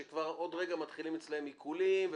שכבר עוד רגע מתחילים אצלהם עיקולים.